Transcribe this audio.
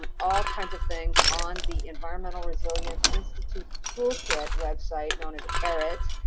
um all kinds of things on the environmental resilience institute toolkit website known as erit.